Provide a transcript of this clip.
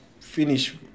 finish